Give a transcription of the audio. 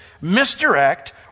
misdirect